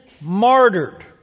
martyred